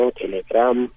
Telegram